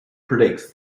predicts